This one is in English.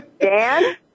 Dan